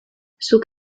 zuk